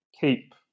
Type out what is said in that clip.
keep